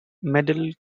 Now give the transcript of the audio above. medal